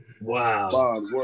Wow